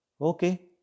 Okay